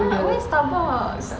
!huh! why starbucks